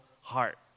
heart